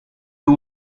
you